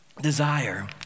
Desire